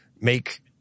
make